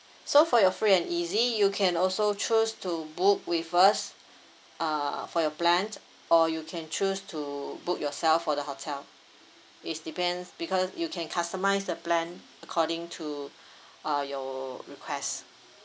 so for your free and easy you can also choose to book with us uh for your plan or you can choose to book yourself for the hotel is depends because you can customise the plan according to uh your request